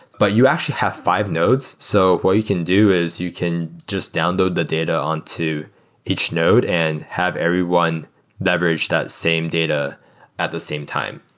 but you actually have five nodes. so what you can do is you can just download the data on to each node and have everyone leverage that same data at the same time.